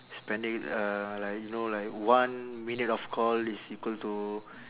spending uh like you know like one minute of call is equal to